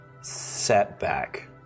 setback